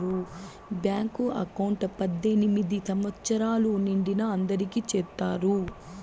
bank account పద్దెనిమిది సంవచ్చరాలు నిండిన అందరికి చేత్తారు